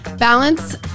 Balance